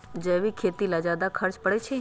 जैविक खेती ला ज्यादा खर्च पड़छई?